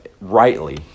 rightly